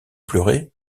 pleurer